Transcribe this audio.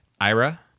Ira